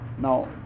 Now